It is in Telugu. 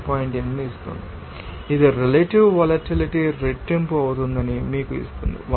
8 ఇస్తుంది ఇది రెలెటివ్ వొలటిలిటీ రెట్టింపు అవుతుందని మీకు ఇస్తుంది 1